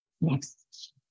next